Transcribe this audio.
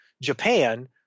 Japan